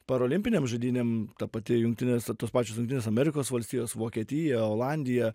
parolimpinėm žaidynėm ta pati jungtinės tos pačios jungtinės amerikos valstijos vokietija olandija